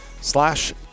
slash